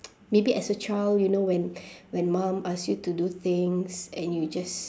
maybe as a child you know when when mum asked you to do things and you just